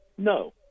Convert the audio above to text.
No